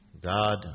God